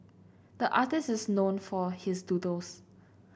the artist is known for his doodles